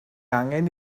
angen